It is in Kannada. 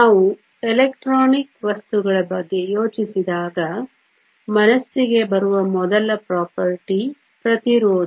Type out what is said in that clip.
ನಾವು ಎಲೆಕ್ಟ್ರಾನಿಕ್ ವಸ್ತುಗಳ ಬಗ್ಗೆ ಯೋಚಿಸಿದಾಗ ಮನಸ್ಸಿಗೆ ಬರುವ ಮೊದಲ property ಪ್ರತಿರೋಧ